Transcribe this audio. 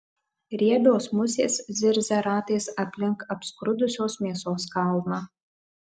riebios musės zirzia ratais aplink apskrudusios mėsos kalną